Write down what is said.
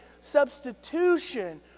substitution